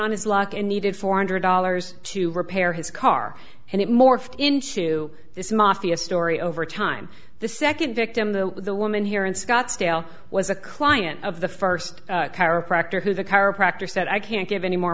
on his luck and needed four hundred dollars to repair his car and it morphed into this mafia story over time the second victim the woman here in scottsdale was a client of the first chiropractor who the chiropractor said i can't give any more